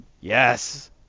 Yes